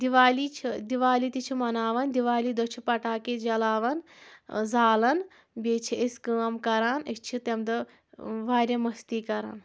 دِوالی چھِ دِوالی تہِ چھِ مَناوَان دِوالی دۄہ چھِ پٹاکے جلاوَان زالَان بیٚیہِ چھِ أسۍ کٲم کران أسۍ چھِ تمہِ دۄہ واریاہ مٔستی کران